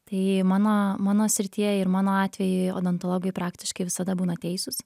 tai mano mano srityje ir mano atveju odontologai praktiškai visada būna teisūs